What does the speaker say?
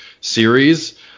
series